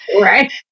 Right